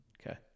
Okay